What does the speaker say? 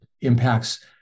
impacts